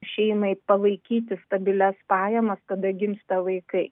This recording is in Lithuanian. šeimai palaikyti stabilias pajamas kada gimsta vaikai